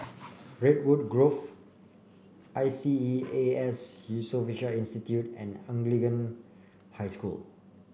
Redwood Grove I S E A S Yusof Ishak Institute and Anglican High School